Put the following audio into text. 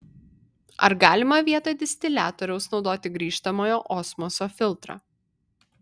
ar galima vietoj distiliatoriaus naudoti grįžtamojo osmoso filtrą